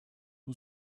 who